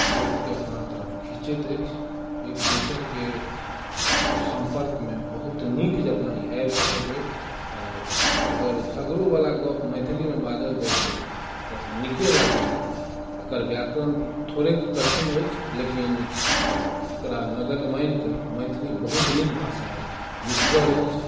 लोक के अपना तरफ खीचैत अछि एक दोसर के संपर्क मे बहुत नीक जेकाॅं ई आबि सकैत अछि आओर अगर झगड़ो बला गप मैथिली मे बाजल जैत अछि तऽ ओ नीके लागैये एकर व्याकरण थोड़ेक कठिन अय लेकिन एकरा नगण्य मानिके मैथिली बहुत नीक भाषा अछि मीठगर अछि